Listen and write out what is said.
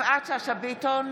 יפעת שאשא ביטון,